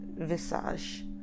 visage